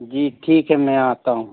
जी ठीक है मैं आता हूँ